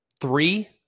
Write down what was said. three